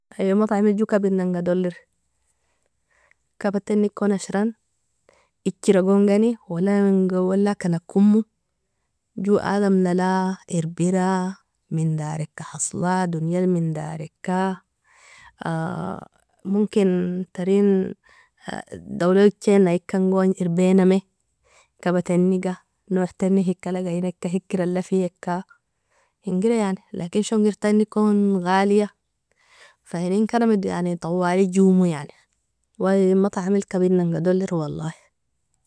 Ayo mataamel jo kabinangna dolier, kabatani koni ashran, ijera gongani wala inga awlakanakomo, jo adam nala irbera mindarika hasla donial mindarika, momken tarin dola ejinaikan gon irbinami kabataniga noatani heikalgainika heiker alafika ingra, yani lakin shongertani kon galia fa inenkaramido yani tawali jomo yani mataamel kabinangna dolier walahi.